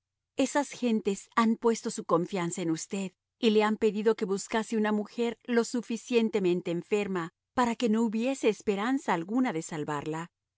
esas gentes han puesto su confianza en usted y le han pedido que buscase una mujer lo suficientemente enferma para que no hubiese esperanza alguna de salvarla